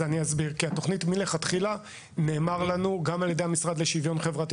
כי מלכתחילה נאמר לנו גם על ידי המשרד לשוויון חברתי